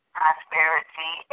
prosperity